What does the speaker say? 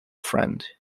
friend